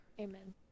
Amen